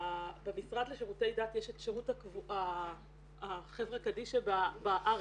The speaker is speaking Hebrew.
במשרד לשירותי דת יש את שירות החברה קדישא בארץ,